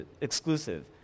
exclusive